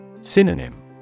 Synonym